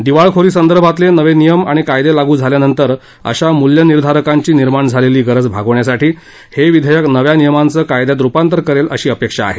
दिवाळखोरी संदर्भातील नवे नियम आणि कायदे लागू झाल्यानंतर अशा मूल्यनिर्धारकांची निर्माण झालेली गरज भागवण्यासाठी हे विधेयक नव्या नियमांचे कायद्यात रुपांतर करेल अशी अपेक्षा आहे